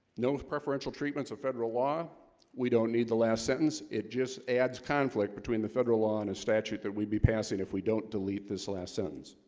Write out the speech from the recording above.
no preferential treatments of federal law we don't need the last sentence it just adds conflict between the federal law and a statute that we'd be passing if we don't delete this last sentence